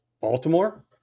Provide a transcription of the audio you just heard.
Baltimore